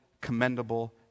commendable